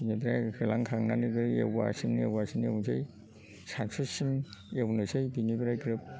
बिनिफ्राय होलांखांनानैबो एवगासिनो एवगासिनो एवनोसै सानसुसिम एवनोसै बिनिफ्राय ग्रोब